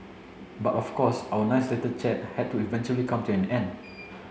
but of course our nice little chat had to eventually come to an end